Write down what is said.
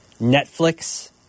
Netflix